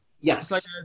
yes